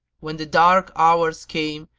when the dark hours came,